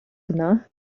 hwnna